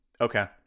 Okay